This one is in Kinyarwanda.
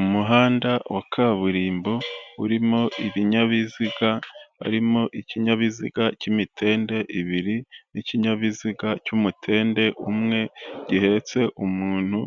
Umuhanda wa kaburimbo urimo ibinyabiziga, harimo ikinyabiziga cy'imitende ibiri n'ikinyabiziga cy'umutende umwe gihetse umuntu,